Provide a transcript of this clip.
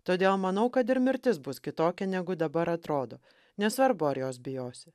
todėl manau kad ir mirtis bus kitokia negu dabar atrodo nesvarbu ar jos bijosi